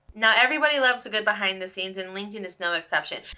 now everybody loves a good behind-the-scenes, and linkedin is no exception.